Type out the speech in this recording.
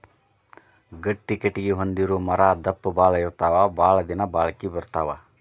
ಗಟ್ಟಿ ಕಟಗಿ ಹೊಂದಿರು ಮರಾ ದಪ್ಪ ಬಾಳ ಇರತಾವ ಬಾಳದಿನಾ ತಾಳಕಿ ಬರತಾವ